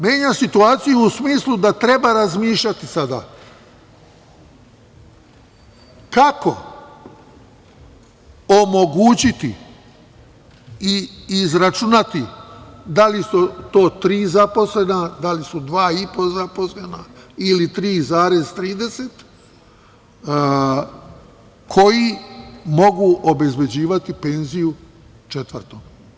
Menja situaciju u smislu da treba razmišljati sada kako omogućiti i izračunati da li su to tri zaposlena, da li su dva i po zaposlena ili 3,30 koji mogu obezbeđivati penziju četvrtom.